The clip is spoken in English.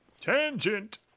Tangent